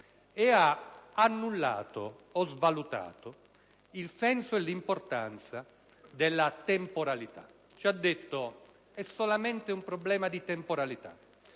e ha annullato o svalutato il senso e l'importanza della temporalità. Ci ha detto: è solamente un problema di temporalità.